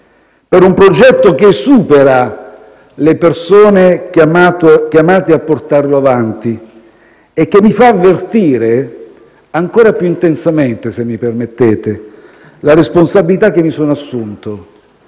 per un progetto che supera le persone chiamate a portarlo avanti e che mi fa avvertire ancora più intensamente - se mi permettete - la responsabilità che mi sono assunto,